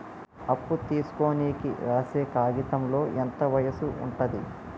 అప్పు తీసుకోనికి రాసే కాయితంలో ఎంత వయసు ఉంటది?